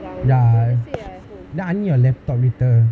ya then I need your laptop later